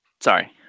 sorry